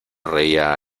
reía